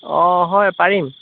অঁ হয় পাৰিম